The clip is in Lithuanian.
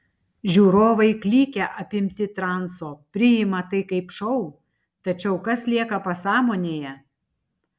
žiūrovai klykia apimti transo priima tai kaip šou tačiau kas lieka pasąmonėje